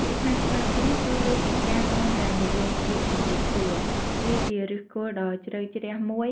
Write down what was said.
ពាក្យថាស្វាគមន៍ គឺលើសពីការគ្រាន់តែនិយាយពាក្យជំរាបសួរ វាជាឫសគល់ដ៏ជ្រៅជ្រះមួយ